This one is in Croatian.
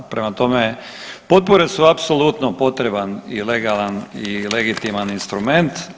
Prema tome, potpore su apsolutno potreban i legalan i legitiman instrument.